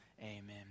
Amen